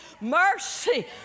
mercy